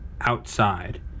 outside